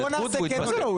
מה זה לא?